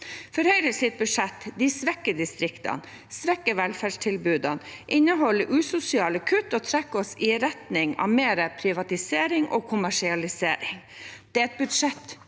Høyres budsjett svekker distriktene, svekker velferdstilbudene, inneholder usosiale kutt og trekker oss i retning av mer privatisering og kommersialisering. Det er et budsjett